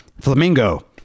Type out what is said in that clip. Flamingo